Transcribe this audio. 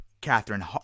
Catherine